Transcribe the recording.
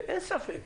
ואין ספק,